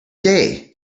day